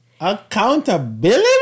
Accountability